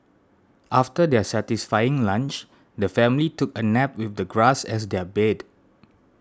after their satisfying lunch the family took a nap with the grass as their bed